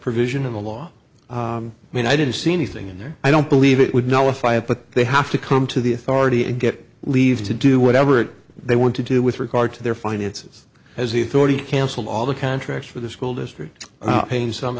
provision in the law and i didn't see anything in there i don't believe it would nullify it but they have to come to the authority and get leave to do whatever it they want to do with regard to their finances as the authority cancel all the contracts for the school district paint some